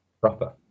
proper